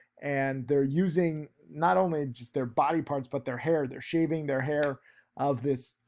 and they're using not only just their body parts, but their hair, they're shaving their hair of this,